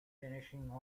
finishing